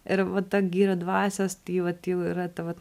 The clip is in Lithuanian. ir va ta girių dvasios tai vat jau yra ta va